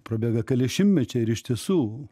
prabėga keli šimtmečiai ir iš tiesų